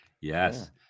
Yes